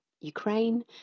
ukraine